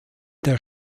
der